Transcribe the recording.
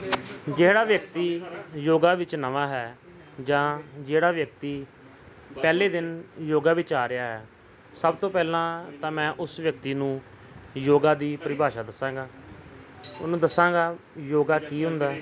ਜਿਹੜਾ ਵਿਅਕਤੀ ਯੋਗਾ ਵਿੱਚ ਨਵਾਂ ਹੈ ਜਾਂ ਜਿਹੜਾ ਵਿਅਕਤੀ ਪਹਿਲੇ ਦਿਨ ਯੋਗਾ ਵਿੱਚ ਆ ਰਿਹਾ ਸਭ ਤੋਂ ਪਹਿਲਾਂ ਤਾਂ ਮੈਂ ਉਸ ਵਿਅਕਤੀ ਨੂੰ ਯੋਗਾ ਦੀ ਪਰਿਭਾਸ਼ਾ ਦੱਸਾਂਗਾ ਉਹਨੂੰ ਦੱਸਾਂਗਾ ਯੋਗਾ ਕੀ ਹੁੰਦਾ